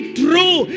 true